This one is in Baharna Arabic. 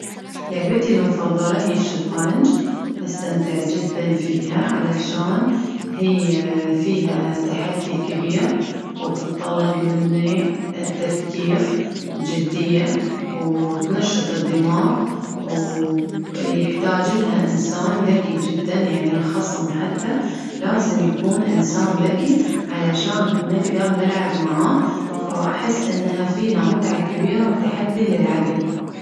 لعبتي المفظلة هي الشطرنج ،أستمتع جدا فيها علشان هي فيها تحدي كبير، وتتطلب مني التفكير بجدية، وتنشط الدماغ و- يحتاج لها إنسان ذكي جدا ،يعني الخصم لازم يكون إنسان ذكي علشان نقدر نلعب معاه، فأحس إنها فيها متعة كبيرة، وتحدي للعقل.